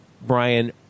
Brian